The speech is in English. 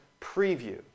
preview